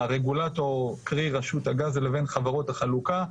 הרגולטור, קרי רשות הגז, אל בין חברות החלוקה,